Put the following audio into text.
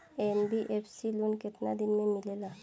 NBFC loan केतना दिन मे मिलेला?